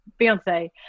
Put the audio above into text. Beyonce